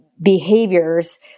behaviors